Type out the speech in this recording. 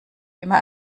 immer